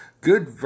good